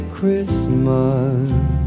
Christmas